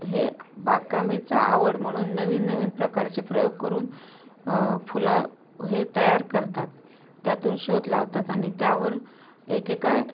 हे बागकामाची आवड म्हणून नवीन नवीन प्रकारचे प्रयोग करून फुलं हे तयार करतात त्यातून शोध लावतात आणि त्यावर एकेका